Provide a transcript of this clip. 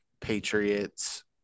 patriots